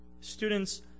students